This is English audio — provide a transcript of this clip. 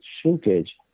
shrinkage